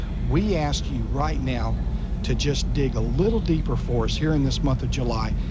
we ask you right now to just dig a little deeper for us here in this month of july,